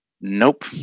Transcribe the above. Nope